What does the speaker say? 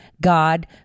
God